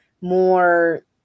more